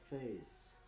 face